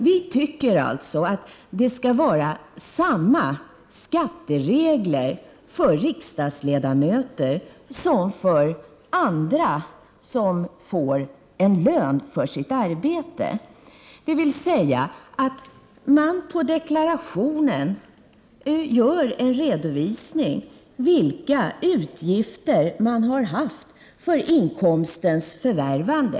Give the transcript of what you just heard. Vi tycker alltså att det skall gälla samma skatteregler för riksdagsledamöter som för andra som får en lön för sitt arbete. Man skall med andra ord i deklarationen redovisa vilka utgifter man har haft för inkomstens förvärvande.